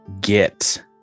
get